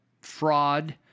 fraud